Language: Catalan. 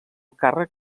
càrrec